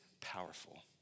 powerful